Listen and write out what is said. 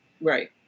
Right